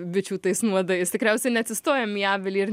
bičių tais nuodais tikriausiai neatsistojam į avilį ir